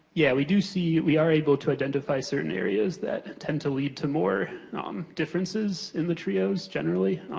yeah, we do see it, we are able to identify certain areas that tend to lead to more differences in the trios, generally.